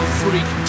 freak